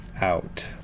out